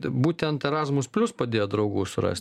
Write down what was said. būtent erasmus plius padėjo draugų surast